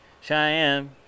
Cheyenne